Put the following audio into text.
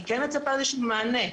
אני מצפה לאיזשהו מענה.